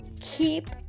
keep